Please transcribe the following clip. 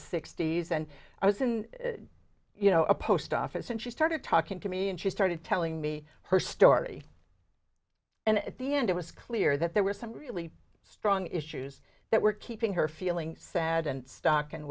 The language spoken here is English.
sixty's and i was in you know a post office and she started talking to me and she started telling me her story and at the end it was clear that there were some really strong issues that were keeping her feeling sad and stock and